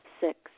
Six